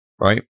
right